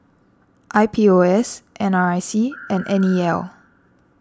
I P O S N R I C and N E L